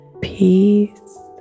peace